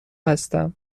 هستم